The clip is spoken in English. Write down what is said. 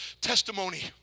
testimony